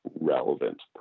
relevant